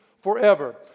Forever